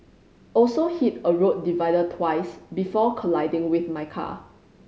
also hit a road divider twice before colliding with my car